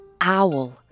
owl